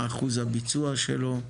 מה אחוז הביצוע שלו,